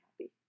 happy